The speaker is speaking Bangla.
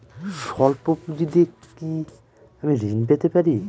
সল্প পুঁজি দিয়ে কি আমি ঋণ পেতে পারি?